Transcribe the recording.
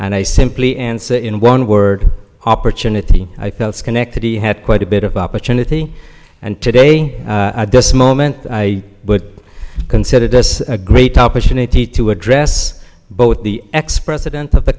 and i simply answer in one word opportunity i felt schenectady had quite a bit of opportunity and today at this moment i would consider this a great opportunity to address both the ex president of the